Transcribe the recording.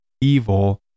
evil